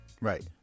Right